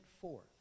forth